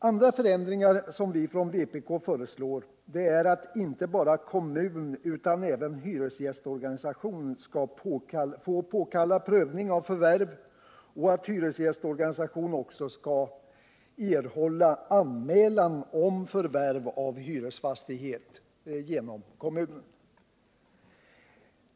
Andra förändringar som vi från vpk föreslår är att inte bara kommun utan även hyresgästorganisation skall få påkalla prövning av förvärv och att hyresgästorganisation också genom kommunen skall erhålla anmälan om förvärv av hyresfastighet.